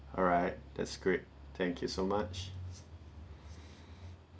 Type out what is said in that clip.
alright that's great thank you so much